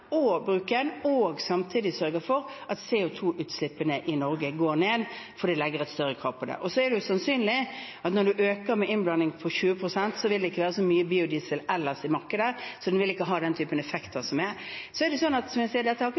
og samtidig sørger for at CO 2 -utslippene i Norge går ned, fordi det legges et større krav på det. Og så er det sannsynlig at når en øker innblanding til 20 pst., vil det ikke være så mye biodiesel ellers i markedet, så en vil ikke ha den typen effekter. Så er det sånn, som jeg